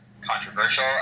controversial